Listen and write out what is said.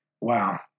Wow